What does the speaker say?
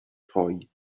rhoi